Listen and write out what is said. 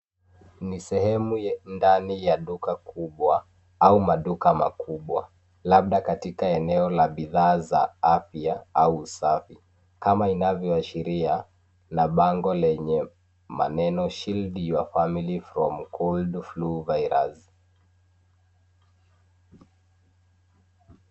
Ni sehemu ndani ya duka kubwa au maduka makubwa labda katika eneo la bidhaa za afya au usafi; kama inavyoashiria na bango lenye maneno Shield your Family from Cold & Flu Virus .